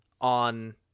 on